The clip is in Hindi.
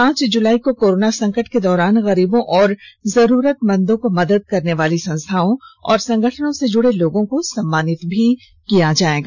पांच जुलाई को कोरोना संकट के दौरान गरीबों और जरुरतमंदों को मदद करने वाली संस्थाओं और संगठनों से जुड़े लोगों को सम्मानित भी किया जाएगा